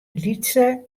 lytse